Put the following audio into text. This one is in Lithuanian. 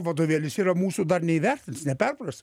vadovėlis yra mūsų dar neįvertins neperpras